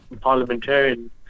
parliamentarian